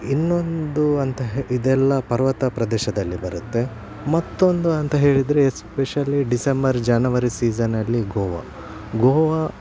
ಇನ್ನೊಂದು ಅಂತ ಹೆ ಇದೆಲ್ಲ ಪರ್ವತ ಪ್ರದೇಶದಲ್ಲಿ ಬರುತ್ತೆ ಮತ್ತೊಂದು ಅಂತ ಹೇಳಿದರೆ ಎಸ್ಪೆಶಲಿ ಡಿಸೆಂಬರ್ ಜನವರಿ ಸೀಸನಲ್ಲಿ ಗೋವಾ ಗೋವಾ